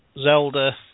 Zelda